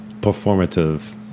performative